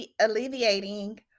alleviating